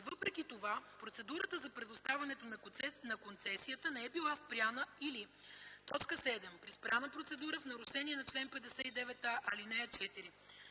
въпреки това процедурата за предоставянето на концесията не е била спряна, или 7. при спряна процедура в нарушение на чл. 59а, ал. 4.